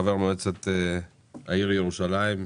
חבר מועצת העיר ירושלים,